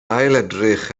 ailedrych